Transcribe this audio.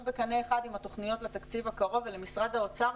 בקנה אחד עם התוכניות לתקציב הקרוב ולמשרד האוצר,